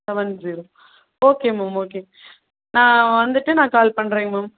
seven zero okay ma'am okay நான் வந்துட்டு நான் கால் பண்ணுறேங்க மேம்